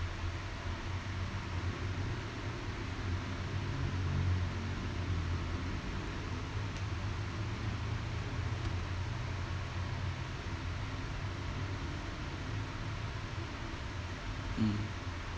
mm